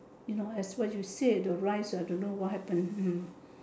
you know as what you said the rice ah don't know what happen hmm